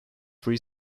free